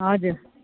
हजुर